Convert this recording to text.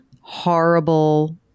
horrible